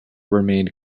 remained